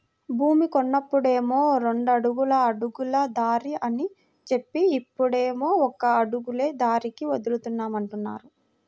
భూమి కొన్నప్పుడేమో రెండడుగుల అడుగుల దారి అని జెప్పి, ఇప్పుడేమో ఒక అడుగులే దారికి వదులుతామంటున్నారు